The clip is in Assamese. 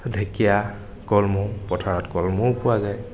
ঢেকীয়া কলমৌ পথাৰত কলমৌও পোৱা যায়